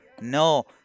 No